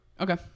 Okay